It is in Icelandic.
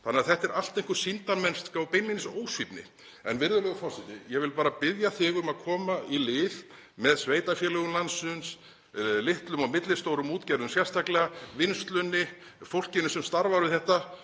Þannig að þetta er allt einhver sýndarmennska og beinlínis ósvífni. En, virðulegur forseti, ég vil bara biðja þig um að koma í lið með sveitarfélögum landsins, litlum og millistórum útgerðum sérstaklega, vinnslunni, fólkinu sem starfar við þetta